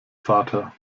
vater